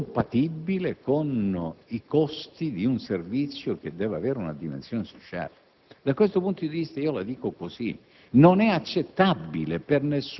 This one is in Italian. ma non è nelle condizioni di intervenire sull'organizzazione della struttura sanitaria